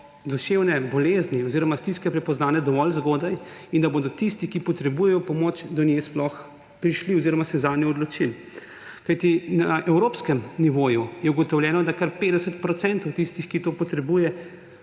duševne bolezni oziroma stiske prepoznane dovolj zgodaj in da bodo tisti, ki potrebujejo pomoč, do nje sploh prišli oziroma se zanjo odločili. Kajti na evropskem nivoju je ugotovljeno, da kar 50 procentov tistih, ki to potrebuje,